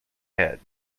head